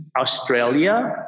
Australia